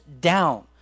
down